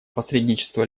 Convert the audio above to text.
посредничество